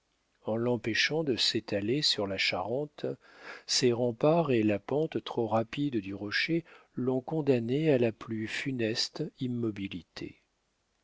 en l'empêchant de s'étaler sur la charente ses remparts et la pente trop rapide du rocher l'ont condamnée à la plus funeste immobilité